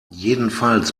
jedenfalls